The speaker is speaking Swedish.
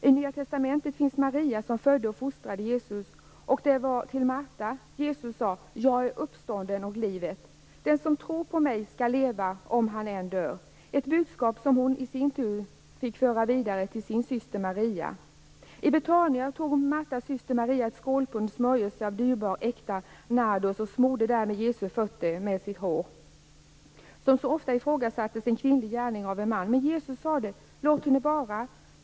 I Nya testamentet återfinns Maria som födde och fostrade Jesus. Och det var till Marta som Jesus sade: "Jag är uppståndelsen och livet. Den som tror på mig skall leva om han än dör." Det var ett budskap som hon i sin tur fick föra vidare till sin syster Maria. I Betania tog Martas syster Maria ett skålpund smörjelse av dyrbar, äkta nardus och smorde den på Jesu fötter med sitt hår. Som så ofta ifrågasattes en kvinnlig gärning av en man. Men Jesus sade: "Låt henne vara.